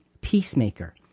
peacemaker